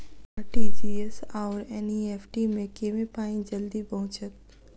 RTGS आओर NEFT मे केँ मे पानि जल्दी पहुँचत